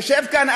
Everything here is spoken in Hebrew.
יושב כאן,